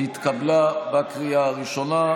התקבלה בקריאה הראשונה,